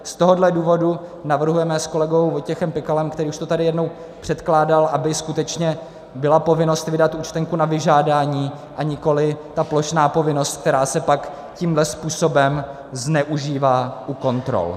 Z tohohle důvodu navrhujeme s kolegou Vojtěch Pikalem, který už to tady jednou předkládal, aby skutečně byla povinnost vydat účtenku na vyžádání, a nikoliv ta plošná povinnost, která se pak tímhle způsobem zneužívá u kontrol.